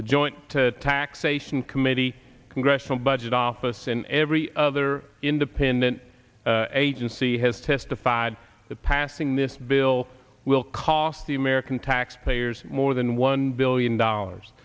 the joint taxation committee congressional budget office and every other independent agency has testified that passing this bill will cost the american taxpayers more than one billion dollars